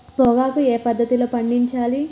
పొగాకు ఏ పద్ధతిలో పండించాలి?